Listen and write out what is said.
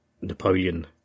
Napoleon